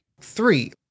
Three